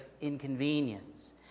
inconvenience